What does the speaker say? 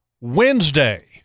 wednesday